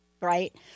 right